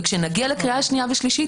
וכשנגיע לקריאה השנייה והקריאה השלישית